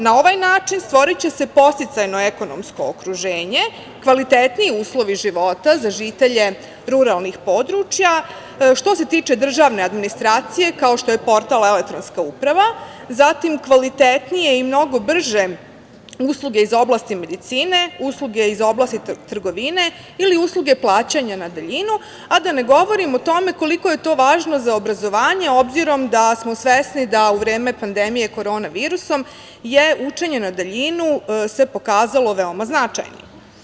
Na ovaj način stvoriće se podsticajno ekonomsko okruženje, kvalitetniji uslovi života za žitelje ruralnih područja, što se tiče državne administracije, kao što je portal e-uprava, zatim, kvalitetnije i mnogo brže usluge iz oblasti medicine, usluge iz oblasti trgovine ili usluge plaćanja na daljinu, a da ne govorim o tome koliko je to važno za obrazovanje obzirom da smo svesni da u vreme pandemije korona virusom se učenje na daljinu pokazalo veoma značajnim.